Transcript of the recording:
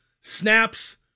snaps